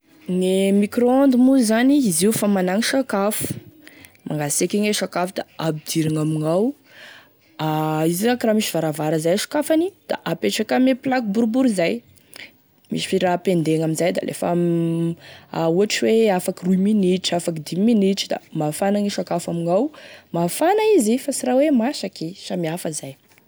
Gne micro onde moa zany izy io famanagny sakafo mangaseky igny e sakafo da hampidirigny amignao aaa izy io zany akoraha misy varavara zay sokafagny da apetraky ame plaque boribory zay misy raha pendegny amizay da lefa ohatry hoe afaky roa minitry afaka dimy minitry da mafa, gne sakafo amignao mafana izy fa sy raha hoe masaky samy hafa zay.